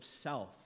self